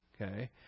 okay